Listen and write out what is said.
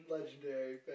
Legendary